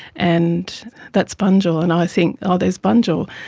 and that's bunjil, and i think, oh, there's bunjil.